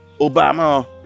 Obama